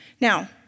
Now